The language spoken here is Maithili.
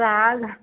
साग